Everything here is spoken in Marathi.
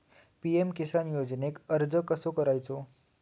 पी.एम किसान योजनेक अर्ज कसो करायचो?